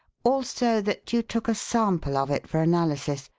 also that you took a sample of it for analysis.